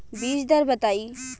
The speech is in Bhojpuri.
बीज दर बताई?